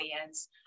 audience